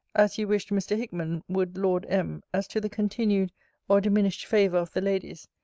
as you wished mr. hickman would lord m. as to the continued or diminished favour of the ladies,